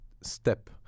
step